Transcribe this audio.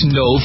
no